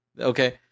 Okay